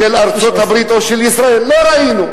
לא ראינו,